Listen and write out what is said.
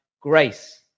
grace